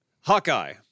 Hawkeye